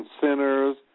centers